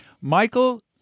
Michael